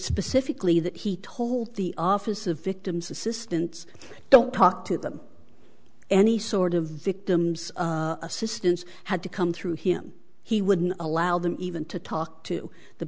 specifically that he told the office of victims assistance don't talk to them any sort of victims assistance had to come through him he wouldn't allow them even to talk to the